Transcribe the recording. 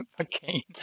Okay